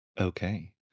Okay